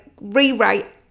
rewrite